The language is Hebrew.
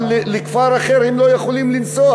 אבל לכפר אחר הם לא יכולים לנסוע.